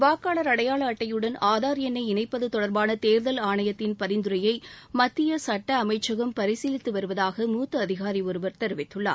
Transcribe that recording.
வாக்காளர் அடையாள அட்டையுடன் ஆதார் என்ணை இணைப்பது தொடர்பான தேர்தல் ஆணையத்தின் பரிந்துரையை மத்திய சுட்ட அமைச்சகம் பரிசீலித்து வருவதாக மூத்த அதிகாரி ஒருவர் தெரிவித்துள்ளார்